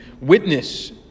witness